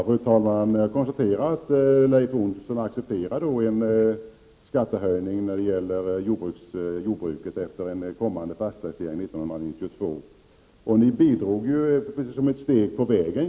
Fru talman! Jag konstaterar att Leif Olsson accepterar en skattehöjning när det gäller jordbruket efter den kommande fastighetstaxeringen 1992.